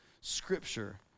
Scripture